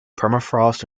permafrost